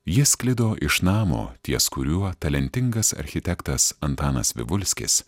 jis sklido iš namo ties kuriuo talentingas architektas antanas vivulskis